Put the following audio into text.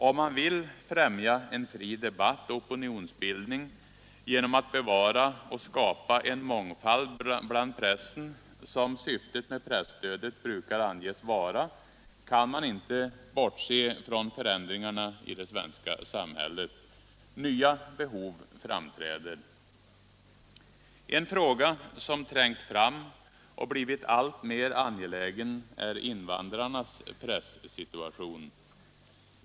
Om man vill främja en fri debatt och opinionsbildning genom att bevara och skapa en mångfald bland pressen, som syftet med presstödet brukar anges vara, kan man inte bortse från förändringarna i det svenska samhället. Nya behov framträder. En fråga som trängt fram och blivit alltmer angelägen är invandrarnas pressituation.